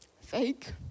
fake